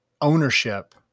ownership